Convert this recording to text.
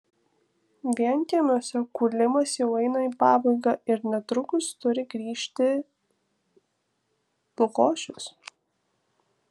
vienkiemiuose kūlimas jau eina į pabaigą ir netrukus turi grįžti lukošius